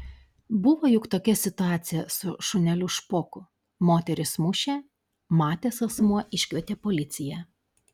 buvo juk tokia situacija su šuneliu špoku moteris mušė matęs asmuo iškvietė policiją